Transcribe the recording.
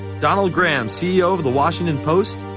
donald graham, ceo of the washington post,